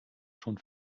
schon